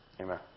Amen